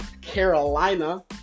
Carolina